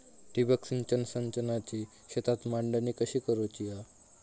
ठिबक सिंचन संचाची शेतात मांडणी कशी करुची हा?